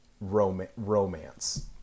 romance